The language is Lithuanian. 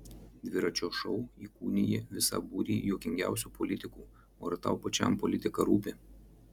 dviračio šou įkūniji visą būrį juokingiausių politikų o ar tau pačiam politika rūpi